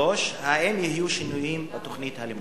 3. האם יהיו שינויים בתוכנית הלימודים?